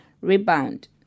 rebound